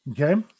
Okay